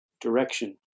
direction